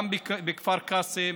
גם בכפר קאסם,